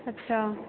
ਅੱਛਾ